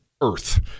Earth